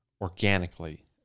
organically